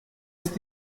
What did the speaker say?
ist